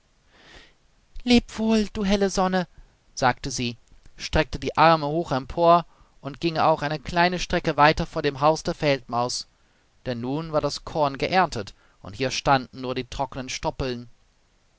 wohl du helle sonne sagte sie streckte die arme hoch empor und ging auch eine kleine strecke weiter vor dem hause der feldmaus denn nun war das korn geerntet und hier standen nur die trockenen stoppeln